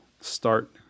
start